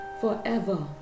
forever